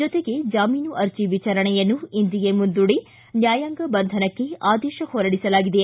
ಜೊತೆಗೆ ಜಾಮೀನು ಅರ್ಜಿ ವಿಚಾರಣೆಯನ್ನು ಇಂದಿಗೆ ಮುಂದೂಡಿ ನ್ಯಾಯಾಂಗ ಬಂಧನಕ್ಕೆ ಆದೇಶ ಹೊರಡಿಸಲಾಗಿದೆ